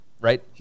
right